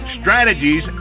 strategies